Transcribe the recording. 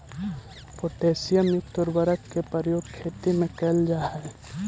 potassium युक्त उर्वरक के प्रयोग खेती में कैल जा हइ